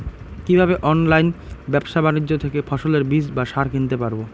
কীভাবে অনলাইন ব্যাবসা বাণিজ্য থেকে ফসলের বীজ বা সার কিনতে পারবো?